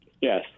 Yes